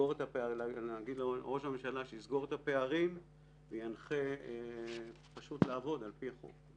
להגיד לראש הממשלה שיסגור את הפערים וינחה לעבוד על פי חוק,